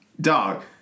Dog